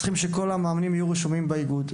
צריך שכל המאמנים יהיו רשומים באיגוד.